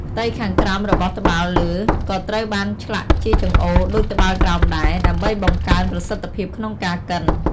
ផ្ទៃខាងក្រោមរបស់ត្បាល់លើក៏ត្រូវបានឆ្លាក់ជាចង្អូរដូចត្បាល់ក្រោមដែរ ដើម្បីបង្កើនប្រសិទ្ធភាពក្នុងការកិន។